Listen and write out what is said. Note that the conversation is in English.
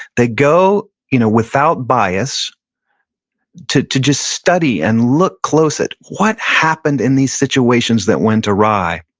they go you know without bias to to just study and look close at what happened in these situations that went awry.